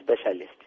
specialist